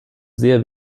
sehr